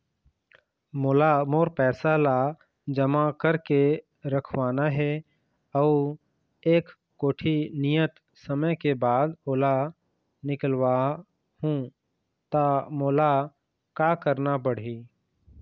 मोला मोर पैसा ला जमा करके रखवाना हे अऊ एक कोठी नियत समय के बाद ओला निकलवा हु ता मोला का करना पड़ही?